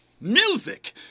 music